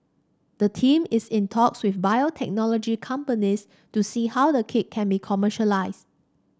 the team is in talks with biotechnology companies to see how the kit can be commercialised